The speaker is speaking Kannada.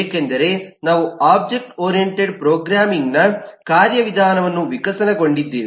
ಏಕೆಂದರೆ ನಾವು ಒಬ್ಜೆಕ್ಟ್ ಓರಿಯಂಟೆಡ್ ಪ್ರೋಗ್ರಾಮಿಂಗ್ನ ಕಾರ್ಯವಿಧಾನವನ್ನು ವಿಕಸನಗೊಂಡಿದ್ದೇವೆ